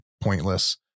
pointless